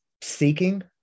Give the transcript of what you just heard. seeking